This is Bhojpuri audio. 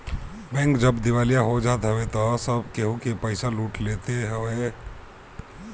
बैंक जब दिवालिया हो जात हवे तअ सब केहू के पईसा लूट लेत हवे